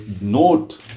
note